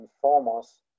foremost